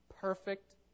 perfect